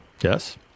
Yes